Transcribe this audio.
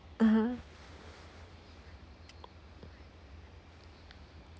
(uh huh)